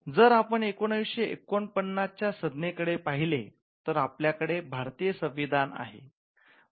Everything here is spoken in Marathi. जर आपण १९४९ च्या या संज्ञे कडे पाहिले तर आपल्याकडे भारतीय संविधान आहे